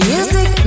Music